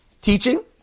teaching